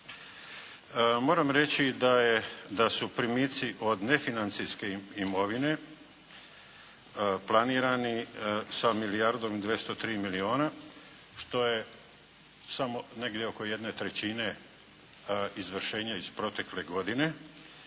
Moram reći da je, da su primici od nefinancijske imovine planirani sa milijardom 203 milijuna što je samo negdje oko jedne trećine izvršenja iz protekle godine.